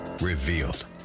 Revealed